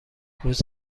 روز